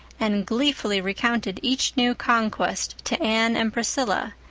and gleefully recounted each new conquest to anne and priscilla,